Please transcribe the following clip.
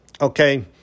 okay